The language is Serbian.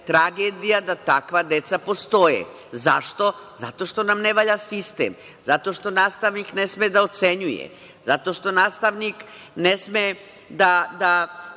tragedija da takva deca postoje. Zašto? Zato što nam ne valja sistem, zato što nastavnik ne sme da ocenjuje, zato što nastavnik ne sme da